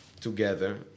together